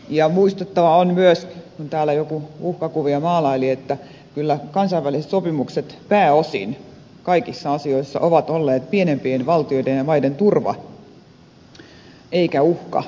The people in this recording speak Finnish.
muistettava on myös kun täällä joku uhkakuvia maalaili että kyllä kansainväliset sopimukset pääosin kaikissa asioissa ovat olleet pienempien valtioiden ja maiden turva eivätkä uhka niille